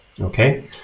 Okay